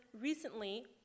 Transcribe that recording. recently